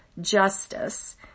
justice